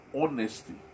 honesty